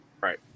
Right